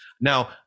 Now